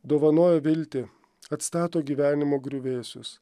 dovanoja viltį atstato gyvenimo griuvėsius